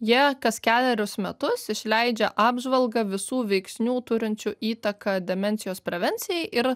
jie kas kelerius metus išleidžia apžvalgą visų veiksnių turinčių įtaką demencijos prevencijai ir